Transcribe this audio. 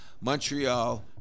Montreal